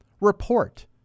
report